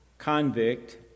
Convict